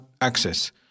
access